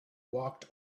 walked